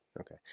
Okay